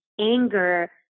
anger